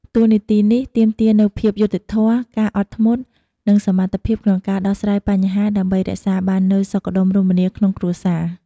តួនាទីនេះទាមទារនូវភាពយុត្តិធម៌ ការអត់ធ្មត់ និងសមត្ថភាពក្នុងការដោះស្រាយបញ្ហាដើម្បីរក្សាបាននូវសុខដុមរមនាក្នុងគ្រួសារ។